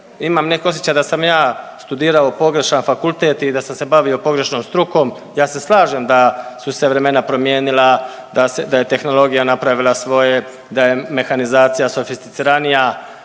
imam neki osjećaj da sam ja studirao pogrešan fakultet i da sam se bavio pogrešnom strukom. Ja se slažem da su se vremena promijenila, da je tehnologija napravila svoje, da je mehanizacija sofisticiranija,